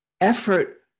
effort